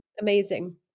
Amazing